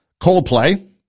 Coldplay